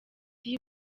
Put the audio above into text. y’i